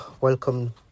Welcome